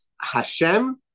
Hashem